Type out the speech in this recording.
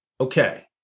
Okay